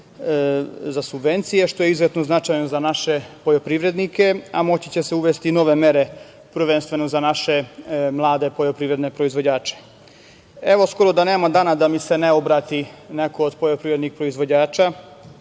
za subvencije, što je izuzetno značajno za naše poljoprivrednike, a moći će se uvesti i nove mere, prvenstveno za naše mlade poljoprivredne proizvođače. Skoro da nema dana a da mi se ne obrati neko od poljoprivrednih proizvođača